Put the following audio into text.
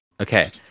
Okay